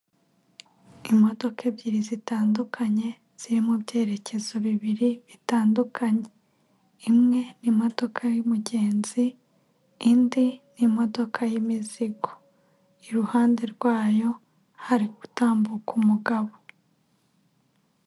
Imodoka ebyiri zitandukanye, ziri mu byerekezo bibiri bitandukanye, imwe ni imodoka y'umugenzi, indi n'imodoka y'imizigo, iruhande rwayo hari gutambuka umugabo.